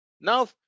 Now